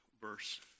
verse